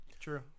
True